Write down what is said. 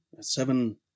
Seven